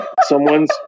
Someone's